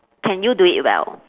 can you do it well